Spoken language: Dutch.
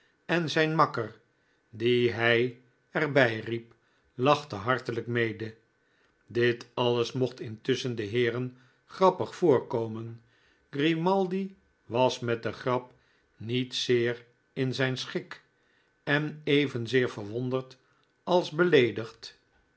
en zijn makker dien hij er bij riep lachte hartelijk mede ditalles mochfc intusschen de heeren grappig voorkomen grimaldi was met de grap niet zeer in zijn schik en evenzeer verwonderd als beleedigd